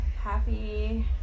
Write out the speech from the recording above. Happy